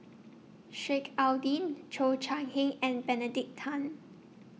Sheik Alau'ddin Cheo Chai Hiang and Benedict Tan